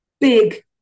big